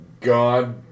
God